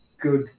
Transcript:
good